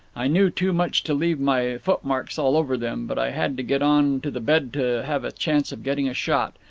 i knew too much to leave my footmarks all over them, but i had to get on to the bed to have a chance of getting a shot.